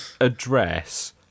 address